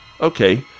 Okay